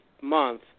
month